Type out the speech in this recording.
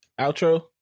outro